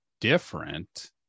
different